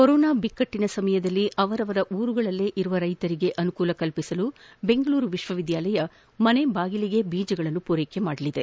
corona ಬಿಕ್ಟಟನ ಸಮಯದಲ್ಲಿ ಅವರವರ ಊರುಗಳಲ್ಲಿಯೇ ಇರುವ ರೈತರಿಗೆ ಅನುಕೂಲ ಕಲ್ಪಿಸಲು ಬೆಂಗಳೂರು ವಿಶ್ವವಿದ್ಯಾಲಯ ಮನೆ ಬಾಗಿಲಿಗೆ ಬೀಜಗಳನ್ನು ಪೂರೈಸಲಿದೆ